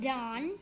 Don